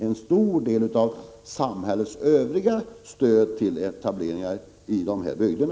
En stor del av samhällets övriga stöd går också till etablering i de här bygderna.